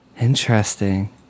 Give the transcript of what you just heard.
Interesting